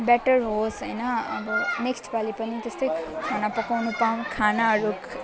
better होस् हैन अब नेक्स्टपालि पनि त्यस्तै खाना पकाउनु पाऊँ खानाहरू